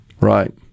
Right